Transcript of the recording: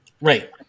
Right